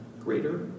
greater